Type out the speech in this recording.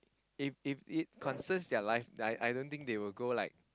If they consist their life I don't think they go like